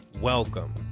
Welcome